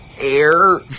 Air